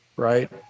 Right